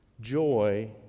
joy